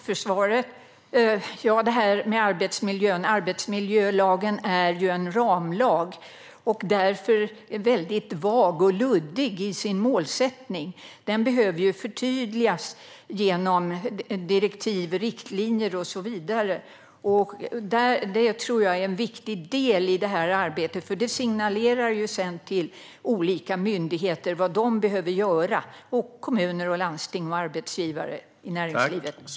Herr talman! Jag tackar för svaret. Arbetsmiljölagen är en ramlag och därför vag och luddig i sin målsättning. Den behöver förtydligas genom direktiv, riktlinjer och så vidare. Det är en viktig del i detta arbete, för det signalerar sedan till olika myndigheter, kommuner, landsting och arbetsgivare i näringslivet vad de behöver göra.